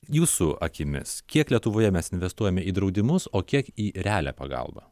jūsų akimis kiek lietuvoje mes investuojame į draudimus o kiek į realią pagalbą